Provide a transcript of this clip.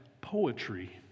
poetry